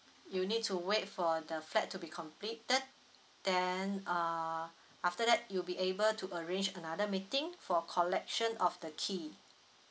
you need to wait for the flat to be completed then uh after that you'll be able to arrange another meeting for collection of the key